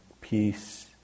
peace